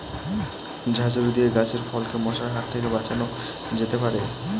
ঝাঁঝরি দিয়ে গাছের ফলকে মশার হাত থেকে বাঁচানো যেতে পারে?